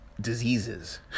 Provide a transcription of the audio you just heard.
diseases